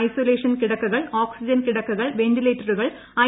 isolation കിടക്കകൾ oxygen കിടക്കകൾ വെന്റിലേറ്ററുകൾ ഐ